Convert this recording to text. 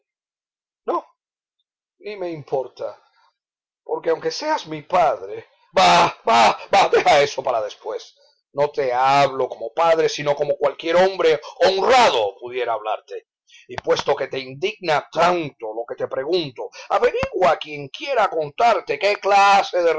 ni me importa porque aunque seas mi padre bah bah bah deja eso para después no te hablo como padre sino como cualquier hombre honrado pudiera hablarte y puesto que te indigna tanto lo que te pregunto averigua a quien quiera contarte qué clase de